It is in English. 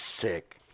sick